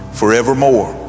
forevermore